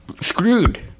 Screwed